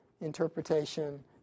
interpretation